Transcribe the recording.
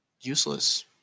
useless